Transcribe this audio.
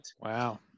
Wow